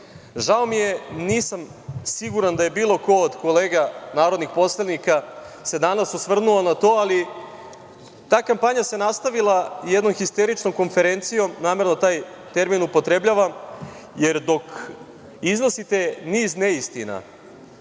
Žao mi je, nisam siguran da je bilo ko od kolega narodnih poslanika se danas osvrnuo na to, ali ta kampanja se nastavila jednom histeričnom konferencijom, namerno taj termin upotrebljavam, jer dok iznosite niz neistina,